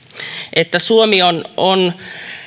että suomi on on